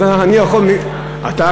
אז אני יכול, אני שם.